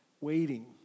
Waiting